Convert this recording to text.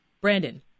Brandon